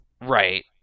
Right